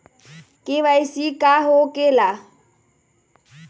KYC का हो के ला?